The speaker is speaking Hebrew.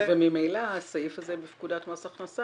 וממילא הסעיף הזה בפקודת מס הכנסה,